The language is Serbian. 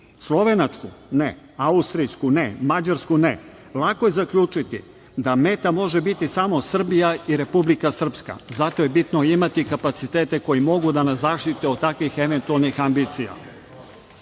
Slovenačku, ne, Austrijsku, ne, Mađarsku, ne. Lako je zaključiti da meta može biti samo Srbija i Republika Srpska. Bitno je zato imati kapacitete koji mogu da nas zaštite od takvih eventualnih ambicija.